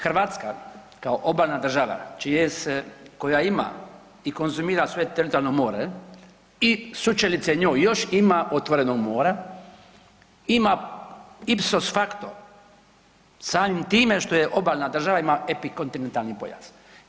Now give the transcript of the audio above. Hrvatska kao obalna država čije se, koja ima i konzumira svoje teritorijalno more i sučelice njoj još ima otvorenog mora, ima „Ipsos“ faktor, samim time što je obalna država, ima epikontinentalni pojas.